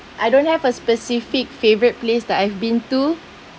I don't have a specific favorite place that I've been to